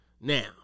Now